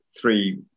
three